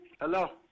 Hello